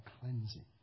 cleansing